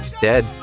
Dead